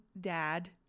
Dad